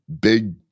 big